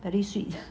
very sweet